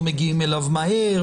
לא מגיעים אליו מהר,